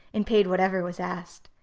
and paid whatever was asked.